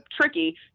tricky